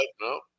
no